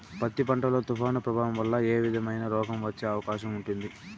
పత్తి పంట లో, తుఫాను ప్రభావం వల్ల ఏ విధమైన రోగం వచ్చే అవకాశం ఉంటుంది?